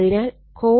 അതിനാൽ cos∅1 0